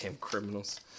criminals